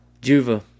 juva